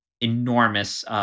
enormous